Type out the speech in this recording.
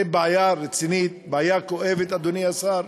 זו בעיה רצינית, בעיה כואבת, אדוני השר.